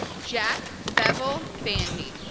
jack bevil bandy